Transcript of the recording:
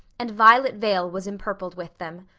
and violet vale was empurpled with them.